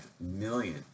million